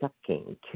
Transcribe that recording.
sucking